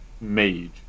mage